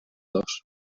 dos